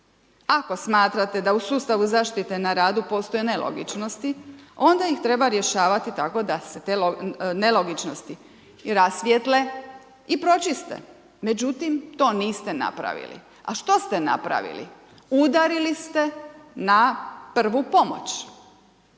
Ako smatrate da u sustavu zaštite na radu postoje nelogičnosti, onda ih treba rješavati tako da se te nelogičnosti i rasvijetle i pročiste. Međutim, to niste napravili. A što ste napravili? Udarili ste na prvu pomoć.